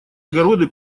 огороды